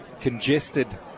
congested